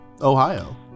Ohio